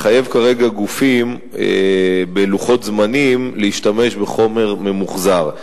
לחייב כרגע גופים בלוחות זמנים להשתמש בחומר ממוחזר.